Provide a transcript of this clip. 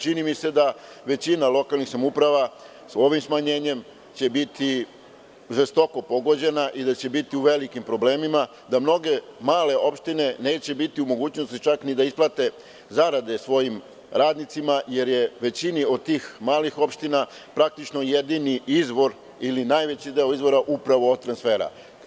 Čini mi se da će većina lokalnih samouprava ovim smanjenjem biti žestoko pogođeno i da će biti u velikim problemima, da mnoge male opštine neće biti u mogućnosti čak ni da isplate zarade svojim radnicima, jer je većini od tih malih opština praktično jedini izvor ili najveći deo izvora upravo od transfera.